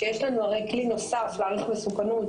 ויש לנו הרי כלי נוסף להעריך מסוכנות,